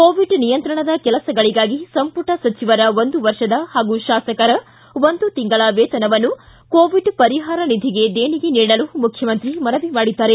Covid ನಿಯಂತ್ರಣದ ಕೆಲಸಗಳಿಗಾಗಿ ಸಂಪುಟ ಸಚಿವರ ಒಂದು ವರ್ಷದ ಹಾಗೂ ಶಾಸಕರ ಒಂದು ತಿಂಗಳ ವೇತನವನ್ನು ಕೋವಿಡ್ ಪರಿಹಾರ ನಿಧಿಗೆ ದೇಣಿಗೆ ನೀಡಲು ಮುಖ್ಚಮಂತ್ರಿ ಮನವಿ ಮಾಡಿದ್ದಾರೆ